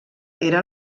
era